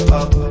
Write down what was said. up